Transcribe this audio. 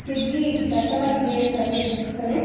Swiggy customer care service खलु